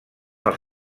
els